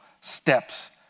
steps